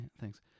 Thanks